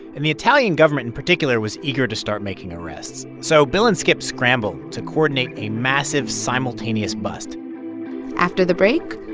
and the italian government, in particular, was eager to start making arrests. so bill and skip scrambled to coordinate a massive simultaneous bust after the break,